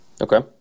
okay